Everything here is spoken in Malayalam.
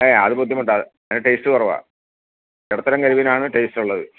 ഏയ് അത് ബുദ്ധിമുട്ടാണ് അത് അതിന് ടേസ്റ്റ് കുറവാണ് ഇടത്തരം കരിമീനാണ് ടേസ്റ്റ് ഉള്ളത്